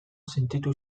sentitu